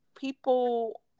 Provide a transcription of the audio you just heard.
people